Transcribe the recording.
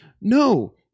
No